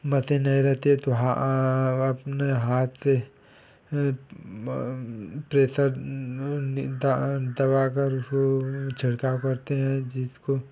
machine नहीं रहती है तो अपने हाथ से प्रेशर दबाकर छिड़काव करते हैं जिसको